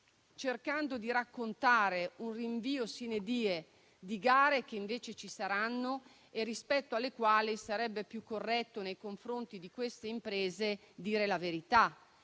cercando di raccontare un rinvio *sine die* di gare che invece ci saranno e rispetto alle quali sarebbe più corretto, nei confronti di quelle imprese, dire la verità